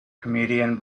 comedian